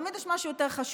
תמיד יש משהו יותר חשוב.